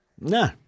No